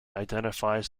identifies